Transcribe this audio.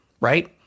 Right